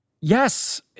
Yes